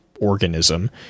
organism